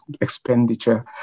expenditure